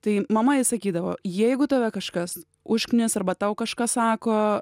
tai mama jai sakydavo jeigu tave kažkas užkinis arba tau kažkas sako